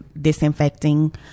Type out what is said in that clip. disinfecting